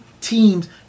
teams